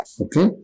Okay